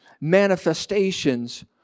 manifestations